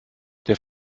der